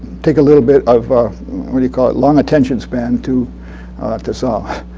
take a little bit of what do you call it? long attention span to to solve.